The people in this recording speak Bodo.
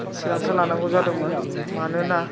थिरांथा लानांगौ जादोंमोन मानोना